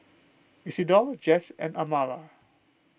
Isidor Jess and Amara